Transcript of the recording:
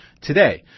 today